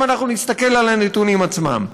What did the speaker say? אם אנחנו נסתכל על הנתונים עצמם.